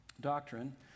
Doctrine